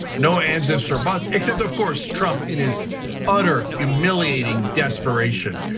no ands, ifs or buts except of course trump in his utter humiliating desperation,